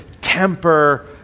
temper